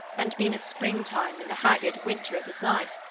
and been a spring-time in the haggard winter of his life,